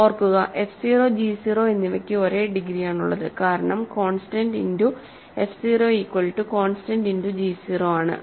ഓർക്കുക f 0 g 0 എന്നിവയ്ക്ക് ഒരേ ഡിഗ്രിയാണുള്ളത് കാരണം constant into f 0 equal to constant into g 0 ആണ്